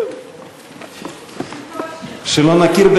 ההצעה להעביר את הצעת חוק הביטוח הלאומי (תיקון,